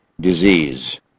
disease